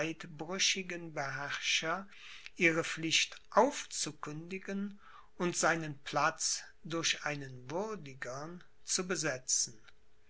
beherrscher ihre pflicht aufzukündigen und seinen platz durch einen würdigern zu besetzen